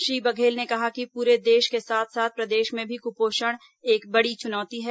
श्री बघेल ने कहा कि पूरे देश के साथ साथ प्रदेश में भी कुपोषण एक बड़ी चुनौती है